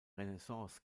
renaissance